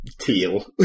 teal